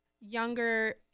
younger